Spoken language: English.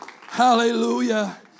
hallelujah